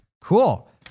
Cool